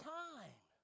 time